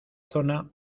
zona